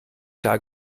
klar